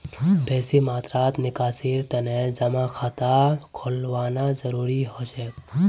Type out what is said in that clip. बेसी मात्रात निकासीर तने जमा खाता खोलवाना जरूरी हो छेक